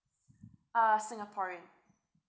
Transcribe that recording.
uh singaporean